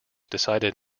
decided